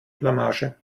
blamage